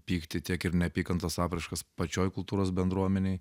pyktį tiek ir neapykantos apraiškas pačioj kultūros bendruomenėj